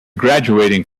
graduating